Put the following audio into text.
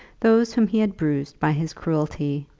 those whom he had bruised by his cruelty,